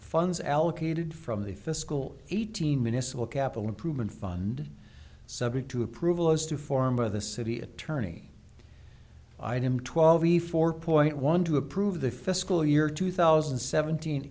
funds allocated from the fiscal eighteen missile capital improvement fund subject to approval as to form of the city attorney item twelve a four point one to approve the fiscal year two thousand and seventeen